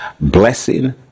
blessing